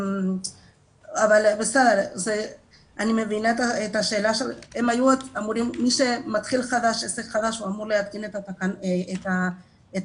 אני מבינה את השאלה מי שמתחיל עסק חדש אמור להתקין את המצלמה.